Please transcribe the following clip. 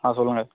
ஆ சொல்லுங்கள்